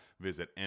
visit